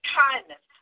kindness